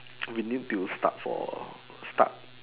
we need to start for start